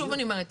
שוב אני אומרת,